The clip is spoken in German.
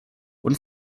und